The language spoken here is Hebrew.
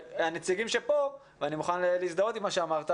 הנציגים שפה ואני מוכן להזדהות עם מה שאמרת